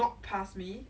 mm